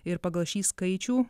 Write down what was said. ir pagal šį skaičių